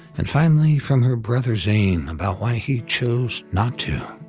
and finally from her brother zane, about why he chose not to.